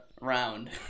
round